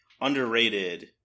underrated